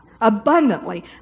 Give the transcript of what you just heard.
Abundantly